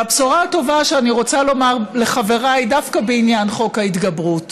והבשורה הטובה שאני רוצה לומר לחבריי דווקא בעניין חוק ההתגברות: